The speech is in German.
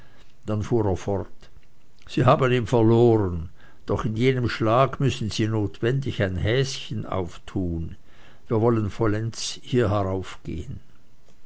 dann fuhr er fort sie haben ihn verloren doch in jenem schlag müssen sie notwendig ein häschen auftun wir wollen vollends hier hinaufgehen